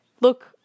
look